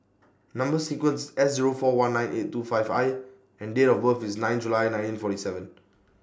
Number sequence S Zero four one nine eight two five I and Date of birth IS nine July nineteen forty seven